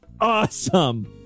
awesome